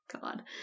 God